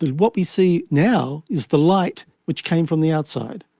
what we see now is the light which came from the outside.